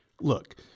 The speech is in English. Look